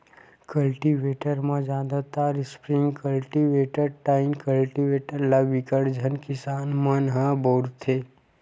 cultivator म जादातर spring cultivator, tine cultivator ल बिकट झन किसान मन ह बउरथे